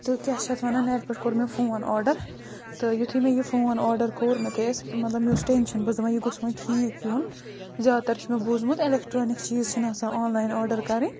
تہٕ کیٛاہ چھِ اَتھ وَنان نٮ۪ٹ پٮ۪ٹھ کوٚر مےٚ فون آرڈَر تہٕ یُتھٕے مےٚ یہِ فون آرڈَر کوٚر بہٕ گٔیَس مطلب مےٚ اوس ٹٮ۪نٛشَن بہٕ ٲس دَپان یہِ گوٚژھ وۄنۍ ٹھیٖک یُن زیادٕ تَر چھُ مےٚ بوٗزمُت اٮ۪لٮ۪کٹرٛانِک چیٖز چھِنہٕ آسان آن لایِن آرڈَر کَرٕنۍ